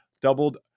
doubled